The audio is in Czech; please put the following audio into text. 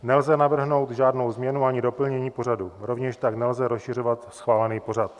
Nelze navrhnout žádnou změnu ani doplnění pořadu, rovněž tak nelze rozšiřovat schválený pořad.